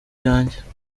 yanjye